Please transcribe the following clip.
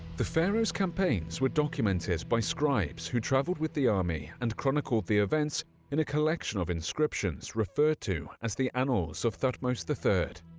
the pharaoh's campaigns were documented by scribes who traveled with the army and chronicled the events in a collection of inscriptions referred to as the annals of thutmose the third.